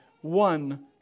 one